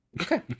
Okay